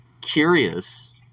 Curious